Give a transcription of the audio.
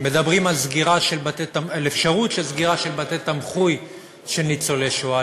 מדברים על אפשרות של סגירת בתי-תמחוי של ניצולי שואה,